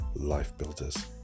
LifeBuilders